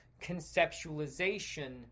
conceptualization